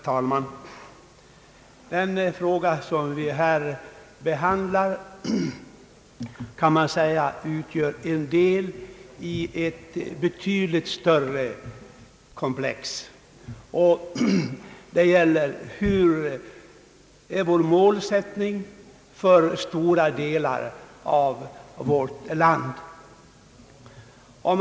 Herr talman! Den fråga vi här behandlar utgör en del av ett stort komplex. Det gäller vilken målsättning vi har för stora delar av vårt land.